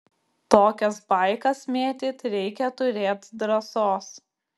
tokias baikas mėtyt reikia turėt drąsos